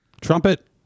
trumpet